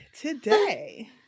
today